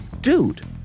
Dude